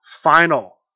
final